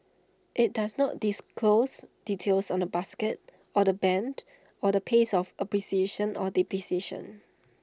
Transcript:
IT does not disclose details on the basket or the Band or the pace of appreciation or depreciation